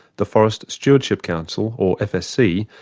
the forest stewardship council or fsc,